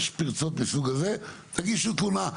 יש פרצות מהסוג הזה, תגישו תלונה.